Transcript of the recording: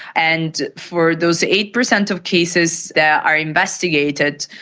and for those eight percent of cases that are investigated,